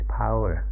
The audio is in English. power